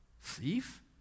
thief